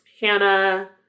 hannah